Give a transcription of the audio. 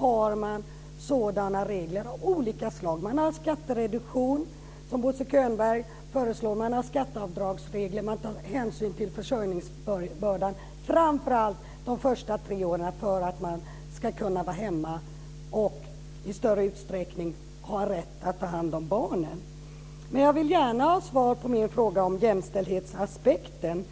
har man sådana regler av olika slag. Man har skattereduktion, som Bo Könberg föreslår. Man har skatteavdragsregler. Man tar hänsyn till försörjningsbördan - framför allt under de första tre åren så att det ska gå att vara hemma och i större utsträckning ta hand om barnen. Jag vill gärna ha svar min på fråga om jämställdhetsaspekten.